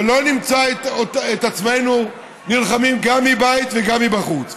שלא נמצא את עצמנו נלחמים גם מבית וגם מבחוץ.